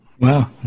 Wow